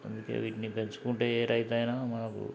అందుకే వీటిని పెంచుకుంటే ఏ రైతనా మనకు